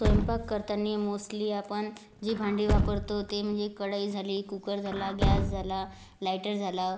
स्वयंपाक करतांनी मोस्टली आपण जी भांडी वापरतो ते म्हणजे कढई झाली कुकर झाला गॅस झाला लायटर झालं